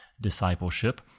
discipleship